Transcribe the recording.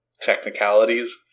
technicalities